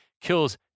kills